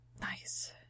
Nice